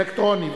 אלקטרוני.